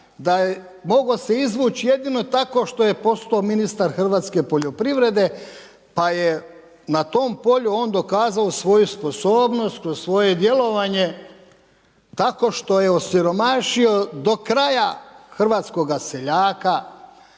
da je mogao se izvuć jedino tako što je postao ministar hrvatske poljoprivrede pa je na tom polju on dokazao svoju sposobnost kroz svoje djelovanje tako što je osiromašio do kraja hrvatskoga seljaka.